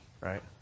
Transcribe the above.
right